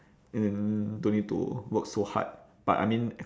and then don't need to work so hard but I mean